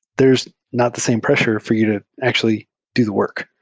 there's not the same pressure for you to actually do the work.